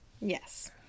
Yes